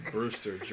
Brewster